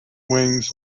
wings